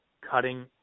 cutting